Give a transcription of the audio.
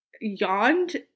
yawned